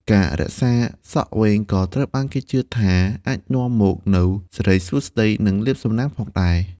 ការរក្សាសក់វែងក៏ត្រូវបានគេជឿថាអាចនាំមកនូវ សិរីសួស្តី និងលាភសំណាង ផងដែរ។